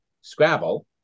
Scrabble